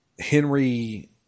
Henry